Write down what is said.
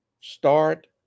start